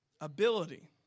ability